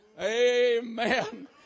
Amen